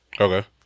Okay